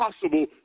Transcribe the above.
possible